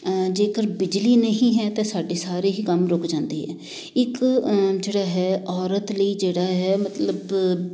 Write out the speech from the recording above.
ਜੇਕਰ ਬਿਜਲੀ ਨਹੀਂ ਹੈ ਤਾਂ ਸਾਡੇ ਸਾਰੇ ਹੀ ਕੰਮ ਰੁਕ ਜਾਂਦੇ ਹੈ ਇੱਕ ਜਿਹੜਾ ਹੈ ਔਰਤ ਲਈ ਜਿਹੜਾ ਹੈ ਮਤਲਬ